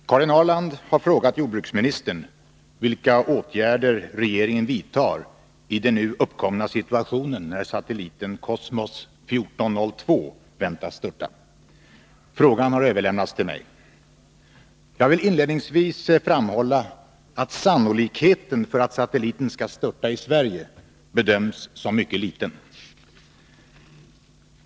Herr talman! Karin Ahrland har frågat jordbruksministern vilka åtgärder regeringen vidtar i den nu uppkomna situationen när satelliten Kosmos 1402 väntas störta. Frågan har överlämnats till mig. Jag vill inledningsvis framhålla att sannolikheten för att satelliten skall störta i Sverige bedöms som mycket liten.